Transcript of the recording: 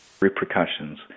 repercussions